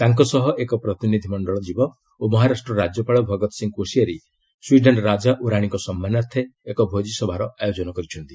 ତାଙ୍କ ସହ ଏକ ପ୍ରତିନିଧି ମଣ୍ଡଳ ଯିବ ଓ ମହାରାଷ୍ଟ୍ର ରାଜ୍ୟପାଳ ଭଗତ୍ ସିଂହ କୋଶିଆରୀ ସ୍ୱିଡେନ୍ ରାଜା ଓ ରାଣୀଙ୍କ ସମ୍ମାନାର୍ଥେ ଏକ ଭୋଜିସଭାରେ ଆୟୋଜନ କରିଛନ୍ତି